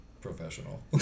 professional